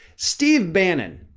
steve bannon,